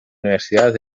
universidades